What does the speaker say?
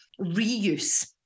reuse